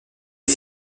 est